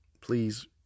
please